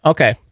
Okay